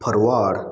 forward